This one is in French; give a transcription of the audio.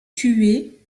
tuer